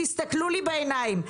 תסתכלו לי בעיניים,